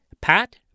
Pat